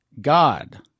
God